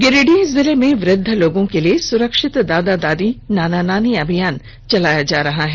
गिरिडीह जिले में वृद्ध लोगों के लिए सुरक्षित दादा दादी नाना नानी अभियान चलाया जा रहा है